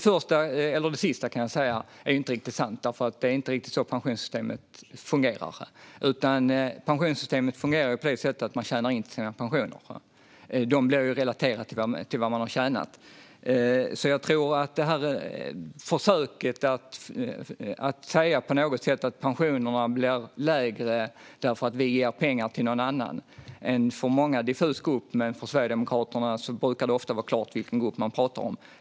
Fru talman! Det sista som togs upp är inte riktigt sant. Pensionssystemet fungerar inte så. Det fungerar på så sätt att man tjänar in till sin egen pension. Den står i relation till vad man har tjänat. Försöket att föra ett resonemang om att pensionen blir lägre för att vi ger pengar till någon annan köper jag inte. Det handlar om en grupp som för många är diffus, men för Sverigedemokraterna brukar det ofta vara klart vilken grupp man talar om.